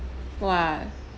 !wah!